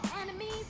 enemies